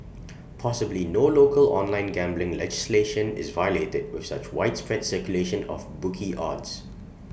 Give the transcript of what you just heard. possibly no local online gambling legislation is violated with such widespread circulation of bookie odds